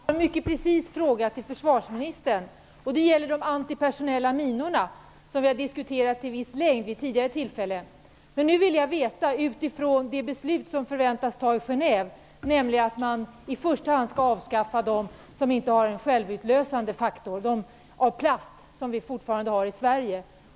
Herr talman! Jag har en mycket preciserad fråga till försvarsministern. Den gäller de antipersonella minorna, som vi har diskuterat i viss omfattning vid tidigare tillfälle. Det förväntas att ett beslut skall fattas i Genève om att man i första hand skall avskaffa de minor som inte har en självutlösande faktor, dvs. de minor av plast som vi fortfarande har i Sverige.